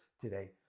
today